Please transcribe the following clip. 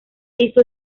hizo